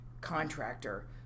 contractor